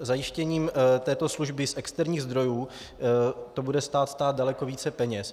Zajištěním této služby z externích zdrojů to bude stát stát daleko více peněz.